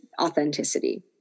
authenticity